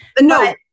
No